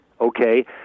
Okay